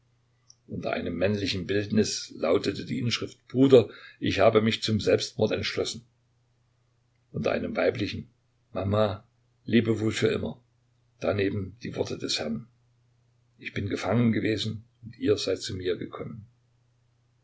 unter einem männlichen bildnis lautete die inschrift bruder ich habe mich zum selbstmord entschlossen unter einem weiblichen mama lebe wohl für immer daneben die worte des herrn ich bin gefangen gewesen und ihr seid zu mir gekommen